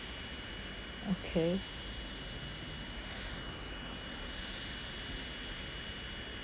okay